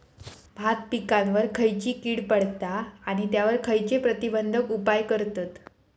भात पिकांवर खैयची कीड पडता आणि त्यावर खैयचे प्रतिबंधक उपाय करतत?